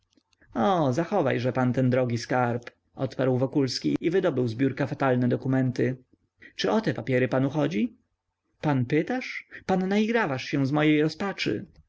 o zachowajże pan ten drogi skarb odparł wokulski i wydobył z biurka fatalne dokumenty czy o te papiery panu chodzi pan pytasz pan naigrawasz się z mojej rozpaczy